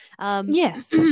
Yes